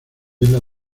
islas